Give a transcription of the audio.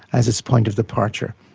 as its point of departure.